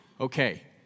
Okay